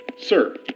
sir